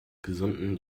gesunden